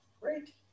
Great